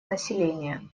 населения